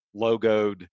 logoed